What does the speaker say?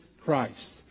Christ